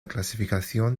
clasificación